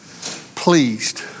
pleased